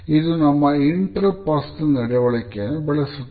ಇದು ನಮ್ಮ ಇಂಟೆರ್ಪೆರ್ಸನಲ್ ನಡವಳಿಕೆಯನ್ನು ಬೆಳೆಸುತ್ತದೆ